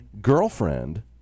girlfriend